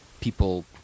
people